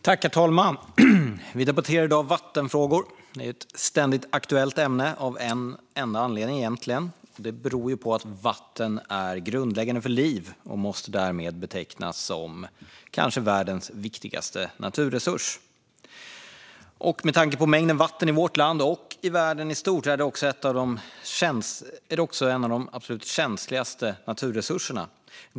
Herr talman! Vi debatterar i dag vattenfrågor. Det är ett ständigt aktuellt ämne, egentligen av en enda anledning. Vatten är grundläggande för liv och måste därmed betecknas som kanske världens viktigaste naturresurs. Med tanke på mängden vatten i vårt land och i världen i stort är det också en av de absolut känsligaste naturresurserna.